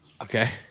Okay